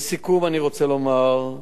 לסיכום אני רוצה לומר: